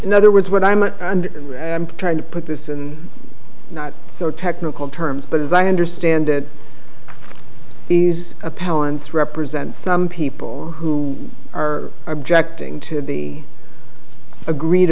in other words what i'm trying to put this in not so technical terms but as i understand it these a parent's represent some people who are objecting to the agreed